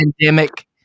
Pandemic